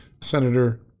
Senator